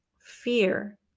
fear